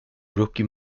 rocky